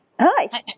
Hi